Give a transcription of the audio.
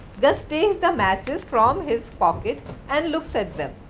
gus takes the matches from his pocket and looks at them.